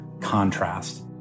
contrast